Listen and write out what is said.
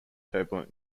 turbulent